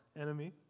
enemy